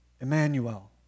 Emmanuel